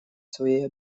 свои